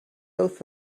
oath